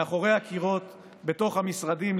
מאחורי הקירות, בתוך המשרדים.